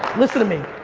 listen to me,